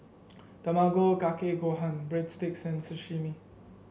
Tamago Kake Gohan Breadsticks and Sashimi